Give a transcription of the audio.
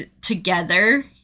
together